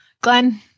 Glenn